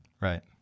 Right